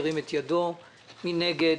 מי נגד?